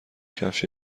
کفش